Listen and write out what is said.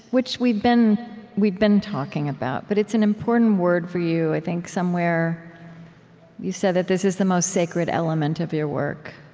which we've been we've been talking about, but it's an important word for you i think somewhere you said that this is the most sacred element of your work